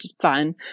fun